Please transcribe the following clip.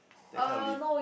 that kind of leaf